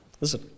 Listen